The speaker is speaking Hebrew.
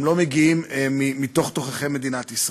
הם לא מגיעים מתוככי מדינת ישראל.